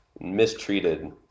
mistreated